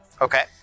Okay